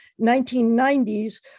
1990s